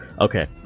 okay